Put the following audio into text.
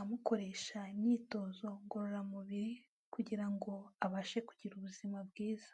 amukoresha imyitozo ngororamubiri kugira ngo abashe kugira ubuzima bwiza.